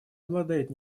обладает